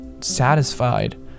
satisfied